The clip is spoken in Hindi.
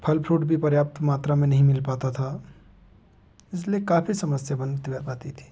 फल फ्रूट भी पर्याप्त मात्रा में नहीं मिल पाता था इसलिए काफी समस्या बनत व पाती थी